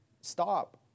Stop